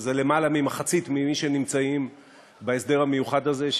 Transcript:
יותר ממחצית מי שנמצאים בהסדר המיוחד הזה,